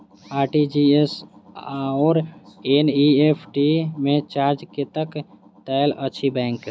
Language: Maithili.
आर.टी.जी.एस आओर एन.ई.एफ.टी मे चार्ज कतेक लैत अछि बैंक?